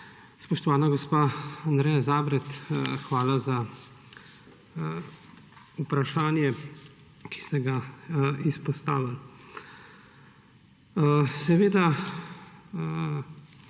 Spoštovana gospa Andreja Zabret, hvala za vprašanje, ki ste ga izpostavili. Seveda